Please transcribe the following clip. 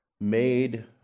made